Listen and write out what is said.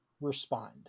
respond